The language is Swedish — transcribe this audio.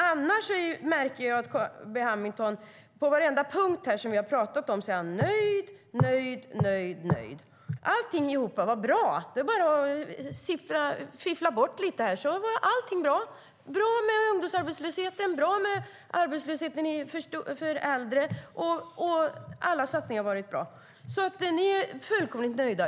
Annars märker jag att Carl B Hamilton på varenda punkt som vi har talat om är nöjd, nöjd och nöjd. Alltihop är bra; det är bara att fiffla bort lite grann så är allting bra. Det är bra med ungdomsarbetslösheten, och det är bra med arbetslösheten för äldre. Alla satsningar har varit bra. Ni är fullkomligt nöjda.